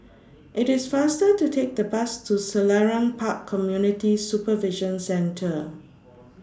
IT IS faster to Take The Bus to Selarang Park Community Supervision Centre